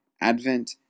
Advent